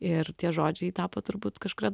ir tie žodžiai tapo turbūt kažkuria